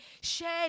shared